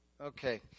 Okay